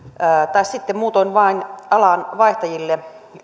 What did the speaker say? tai sitten muutoin vain alan vaihtajille